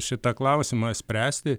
šitą klausimą spręsti